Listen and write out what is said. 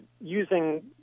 using